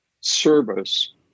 service